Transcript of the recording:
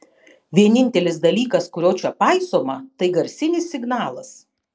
vienintelis dalykas kurio čia paisoma tai garsinis signalas